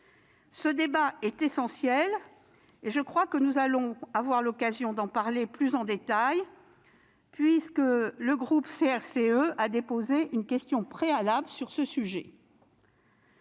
Ce débat est essentiel, et je crois que nous allons avoir l'occasion de l'aborder plus en détail puisque le groupe CRCE a déposé une motion tendant à opposer